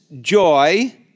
joy